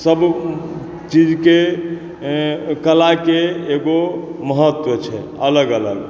सब चीजके कलाके एगो महत्व छै अलग अलग